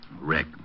Rick